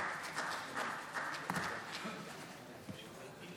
השר בן